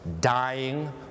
dying